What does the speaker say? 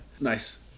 nice